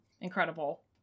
incredible